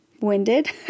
winded